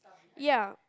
ya